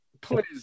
Please